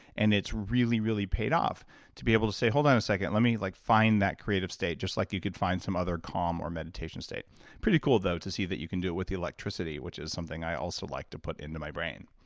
and it's really, really paid off to be able to say, hold on a second. let me like find that creative state. just like you could find some other calm or meditation state pretty cool, though, to see you can do it with the electricity, which is something i also like to put into my brain